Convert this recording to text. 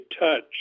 touch